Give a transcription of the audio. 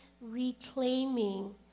reclaiming